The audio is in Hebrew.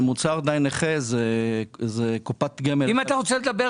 שהוא קופת גמל